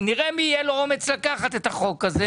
נראה מי יהיה לו אומץ לקחת את החוק הזה.